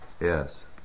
Yes